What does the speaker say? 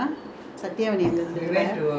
ya lah we went to visit the